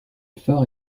phare